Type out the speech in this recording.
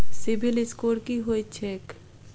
CIBIL score की होइत छैक?